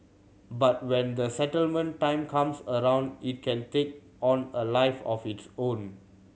but when the settlement time comes around it can take on a life of its own